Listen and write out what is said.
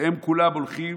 והם כולם הולכים